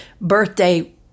birthday